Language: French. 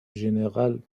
général